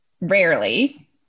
rarely